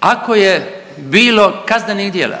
ako je bilo kaznenih djela